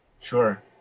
sure